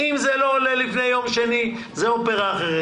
אם זה לא עולה לפני יום שני, זאת אופרה אחרת.